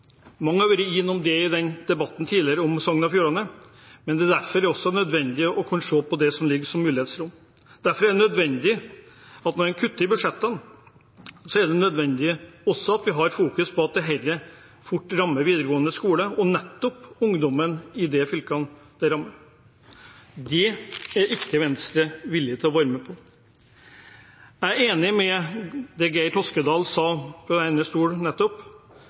Mange har vært innom det i debatten tidligere om Sogn og Fjordane, men det er også nødvendig å kunne se på det som ligger som mulighetsrom. Derfor er det nødvendig at når en kutter i budsjettene, må en også ha fokus på at dette fort rammer videregående skole og nettopp ungdommen i de fylkene som rammes. Det er ikke Venstre villig til å være med på. Jeg er enig i det Geir S. Toskedal sa fra denne talerstolen nettopp